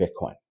Bitcoin